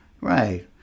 right